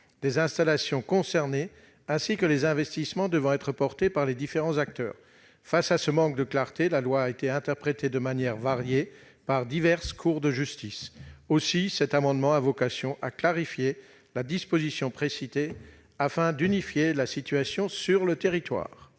des installations concernées ainsi que les investissements devant être apportés par les différents acteurs. Compte tenu de ce manque de clarté, la loi a été interprétée de manière variée par diverses cours de justice. Aussi cet amendement a-t-il vocation à clarifier la disposition précitée, afin d'unifier la situation sur le territoire.